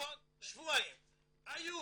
היו